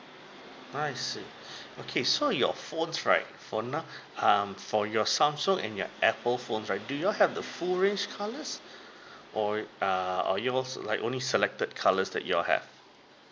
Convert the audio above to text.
I see okay so your phones right for now um for your samsung and your apple phone right do you all have the full range colours or err you als~ like only selected colours that you all have